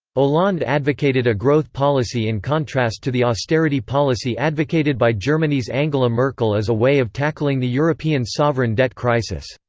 hollande advocated a growth policy in contrast to the austerity policy advocated by germany's angela merkel as a way of tackling the european sovereign debt crisis.